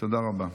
תודה רבה.